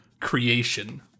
creation